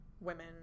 women